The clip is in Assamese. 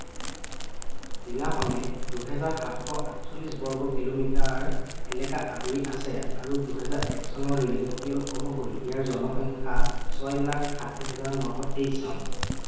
জিলাখনে দুহেজাৰ সাতশ আঠচল্লিশ বৰ্গ কিলোমিটাৰ এলেকা আগুৰি আছে আৰু দু্হেজাৰ এক চনৰ লোকপিয়ল অনুসৰি ইয়াৰ জনসংখ্যা ছয় লাখ ষাঠি হেজাৰ নশ তেইশজন